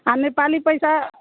आ नेपाली पैसा